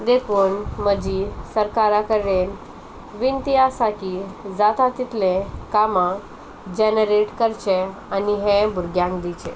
देखून म्हजी सरकारा कडेन विनंती आसा की जाता तितलें कामां जॅनरेट करचें आनी हें भुरग्यांक दिवचें